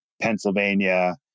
Pennsylvania